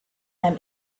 them